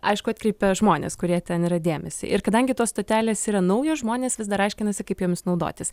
aišku atkreipia žmonės kurie ten yra dėmesį ir kadangi tos stotelės yra nauja žmonės vis dar aiškinasi kaip jomis naudotis